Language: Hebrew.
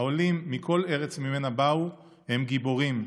העולים מכל ארץ שבאו ממנה הם גיבורים,